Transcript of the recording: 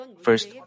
First